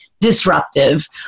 disruptive